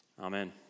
Amen